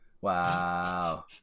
wow